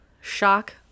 shock